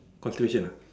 conclusion ah